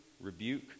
rebuke